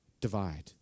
divide